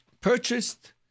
purchased